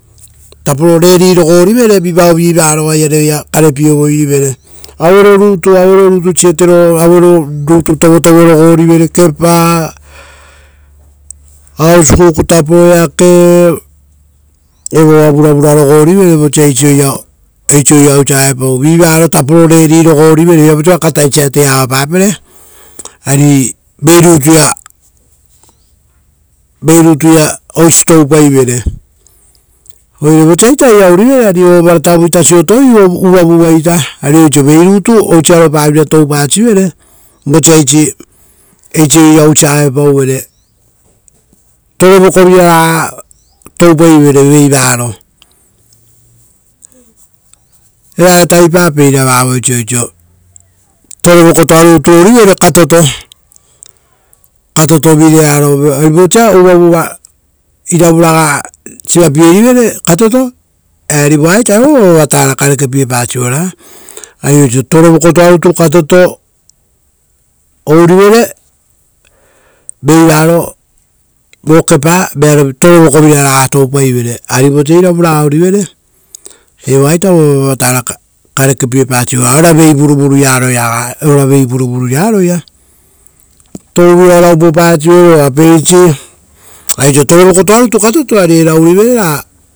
Vosa riakova ousa ruipapau ra auero rutu vatatoporivere, vao vivaro tavukia vao oa iare oira karepierivere. Auero rutu vatotoporivere, usipa kepa, ora oripa kepa. Evara vuravura rivere vosa riakova ousia auepau. Viapausora katai varatavira vatatopoa avapapere, viapau, ari vo varatarei rutua. Uvare vosa viapau ovaratavu vatotopopapere ra oaravupa potepaiveire. Vaeavira rutu toupaivere rugorugo ara vo varatarei rutuia, uvare reoa oa oisio tavitavipapeira torevokoto ourivere katoto, ari evoa uva vavatara karekepapere. Oaiava oisioa torevokoto ouri katoto ra vei varo vearovira toua toupai vere.